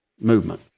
movement